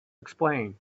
explain